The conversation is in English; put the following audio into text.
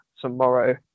tomorrow